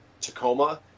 Tacoma